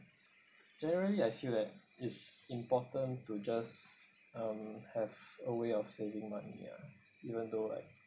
generally I feel that it's important to just um have a way of saving money ah even though like